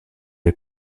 der